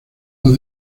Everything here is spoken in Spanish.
los